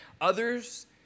others